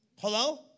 Hello